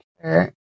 sure